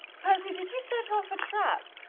percy, did you set off a trap?